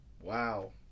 Wow